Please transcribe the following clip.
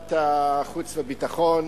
ועדת החוץ והביטחון,